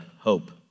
hope